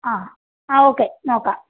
ആ ആ ഓക്കെ നോക്കാം